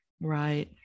Right